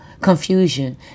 confusion